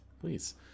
please